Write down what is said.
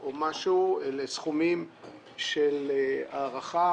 אלה סכומי הערכה